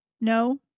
No